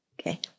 Okay